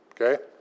okay